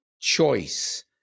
choice